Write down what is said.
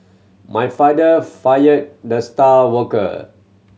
my father fired the star worker